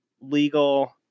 Legal